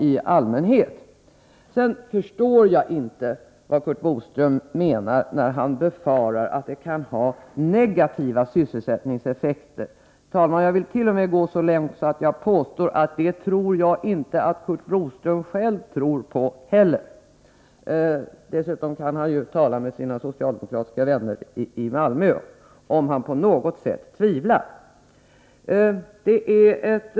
Sedan förstår jag inte vad Curt Boström menar när han befarar att en bro över Öresund skulle kunna ha negativa sysselsättningseffekter. Herr talman! Jag vill till och med gå så långt att jag påstår att jag inte tror att Curt Boström själv tror på detta. Dessutom kan han ju tala med sina socialdemokratiska vänner i Malmö om han på något sätt är tveksam om sysselsättningseffekterna.